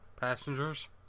passengers